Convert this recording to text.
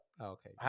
Okay